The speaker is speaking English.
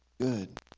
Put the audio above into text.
good